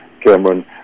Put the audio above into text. Cameron